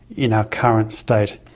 in our current state.